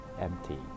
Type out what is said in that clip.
empty